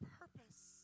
purpose